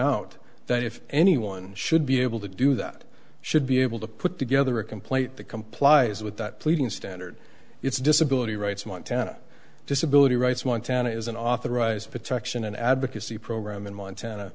out that if anyone should be able to do that should be able to put together a complaint that complies with that pleading standard it's disability rights montana disability rights one town is an authorized protection and advocacy program in montana